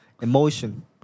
emotion